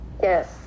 Yes